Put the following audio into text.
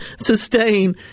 sustain